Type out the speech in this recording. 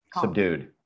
subdued